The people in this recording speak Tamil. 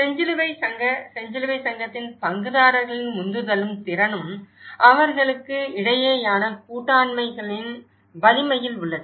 செஞ்சிலுவை சங்க செஞ்சிலுவைச் சங்கத்தின் பங்குதாரர்களின் உந்துதலும் திறனும் அவர்களுக்கு இடையேயான கூட்டாண்மைகளின் வலிமையில் உள்ளது